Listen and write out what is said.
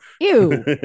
Ew